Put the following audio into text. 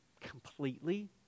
completely